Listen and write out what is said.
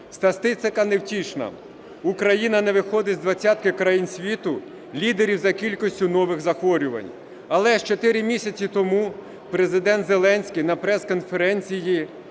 Статистика невтішна. Україна не виходить з двадцятки країн світу лідерів за кількістю нових захворювань. Але ж 4 місяці тому Президент Зеленський на прес-конференції